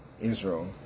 israel